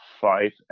five